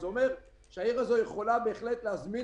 זה אומר שהעיר הזאת בהחלט יכולה להזמין